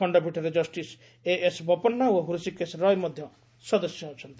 ଖଣ୍ଡପୀଠରେ justice A S Bopanna ଓ ହୃଷିକେଶ ରୟ ମଧ୍ୟ ସଦସ୍ୟ ଅଛନ୍ତି